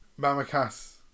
Mamakas